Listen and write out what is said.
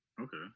Okay